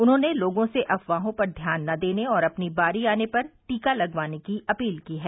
उन्होंने लोगों से अफवाहों पर ध्यान न देने और अपनी बारी आने पर टीका लगवाने की अपील की है